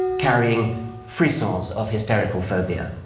carrying frissons of hysterical phobia.